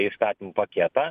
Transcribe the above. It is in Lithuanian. įstatymų paketą